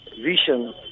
vision